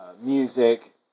music